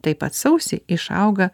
taip pat sausį išauga